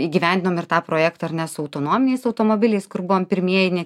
įgyvendinom ir tą projektą ar ne su autonominiais automobiliais kur buvom pirmieji ne